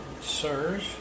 Sirs